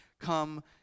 come